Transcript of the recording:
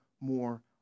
more